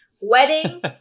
wedding